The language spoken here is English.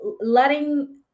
letting